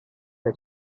the